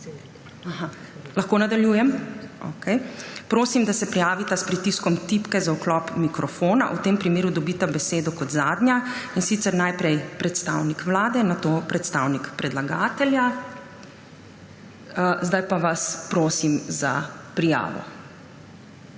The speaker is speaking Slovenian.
Vlade, prosim, da se prijavita s pritiskom tipke za vklop mikrofona. V tem primeru dobita besedo kot zadnja, in sicer najprej predstavnik Vlade, nato predstavnik predlagatelja. Zdaj pa vas prosim za prijavo.